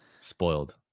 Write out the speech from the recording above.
Spoiled